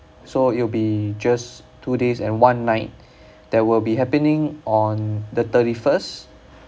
so it'll be just two days and one night that will be happening on the thirty first